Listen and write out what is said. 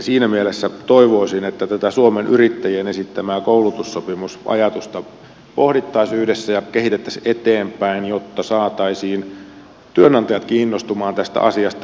siinä mielessä toivoisin että tätä suomen yrittäjien esittämää koulutussopimusajatusta pohdittaisiin yhdessä ja kehitettäisiin eteenpäin jotta saataisiin työnantajatkin innostumaan tästä asiasta